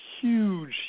huge